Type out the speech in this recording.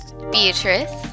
Beatrice